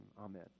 amen